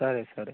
సరే సరే